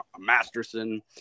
Masterson